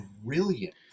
brilliant